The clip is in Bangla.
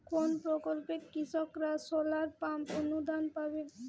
কোন প্রকল্পে কৃষকরা সোলার পাম্প অনুদান পাবে?